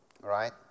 Right